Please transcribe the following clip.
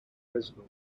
reznor